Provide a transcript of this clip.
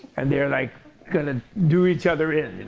and they're like going to do each other in.